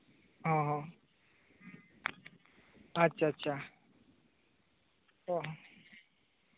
ᱦᱚᱸ ᱦᱚᱸ ᱟᱪᱪᱷᱟ ᱟᱪᱪᱷᱟ ᱚ